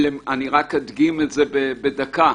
אני רק אדגים את זה בדקה: